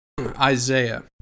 Isaiah